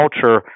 culture